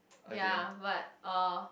ya but uh